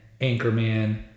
Anchorman